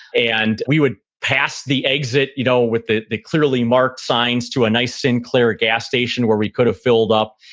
and we would pass the exit you know with the the clearly marked signs to a nice sinclair gas station where we could have filled up.